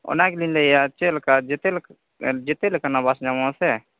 ᱚᱱᱟ ᱜᱮᱞᱤᱧ ᱞᱟᱹᱭᱮᱫᱼᱟ ᱪᱮᱫ ᱞᱮᱠᱟ ᱡᱚᱛᱚ ᱡᱚᱛᱚ ᱞᱮᱠᱟᱱᱟᱜ ᱵᱟᱥ ᱧᱟᱢᱚᱜᱼᱟ ᱥᱮ